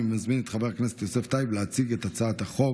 אני מזמין את חבר הכנסת יוסף טייב להציג את הצעת החוק.